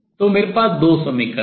तो मेरे पास दो समीकरण हैं